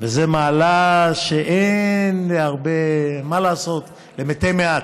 וזו מעלה שאין להרבה, מה לעשות, למתי מעט.